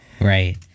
right